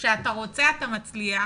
וכשאתה רוצה אתה מצליח,